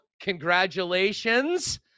congratulations